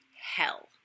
hell